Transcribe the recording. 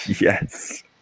Yes